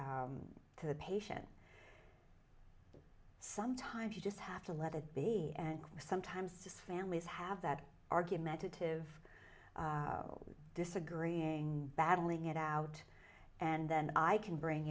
the patient sometimes you just have to let it be and sometimes just families have that argumentative disagreeing battling it out and then i can bring